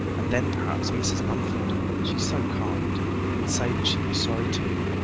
and then perhaps mrs. mumford she's so kind would say that she was sorry too.